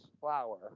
flower